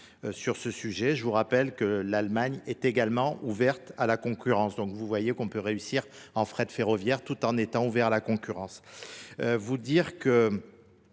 sur ce sujet. Je vous rappelle que l'Allemagne est également ouverte à la concurrence. Donc vous voyez qu'on peut réussir en fret ferroviaire tout en étant ouvert à la concurrence.